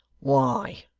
why,